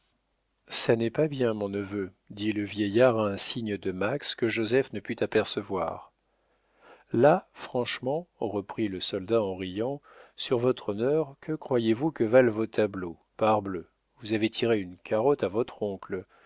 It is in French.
ça n'est pas bien mon neveu dit le vieillard à un signe de max que joseph ne put apercevoir là franchement reprit le soldat en riant sur votre honneur que croyez-vous que valent vos tableaux parbleu vous avez tiré une carotte à votre oncle